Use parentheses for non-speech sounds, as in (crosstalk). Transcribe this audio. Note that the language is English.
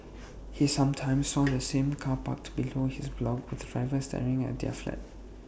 he sometimes saw (noise) the same car parked below his block with the driver staring at their flat